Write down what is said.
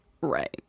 right